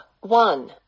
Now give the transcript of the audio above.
one